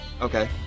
Okay